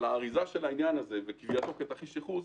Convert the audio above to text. האריזה של העניין וקביעתו כתרחיש ייחוס,